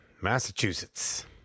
Massachusetts